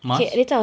masks